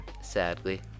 Sadly